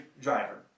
driver